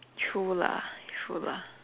true lah true lah